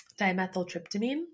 dimethyltryptamine